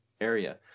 area